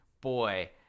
boy